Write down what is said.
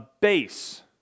base